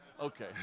Okay